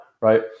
right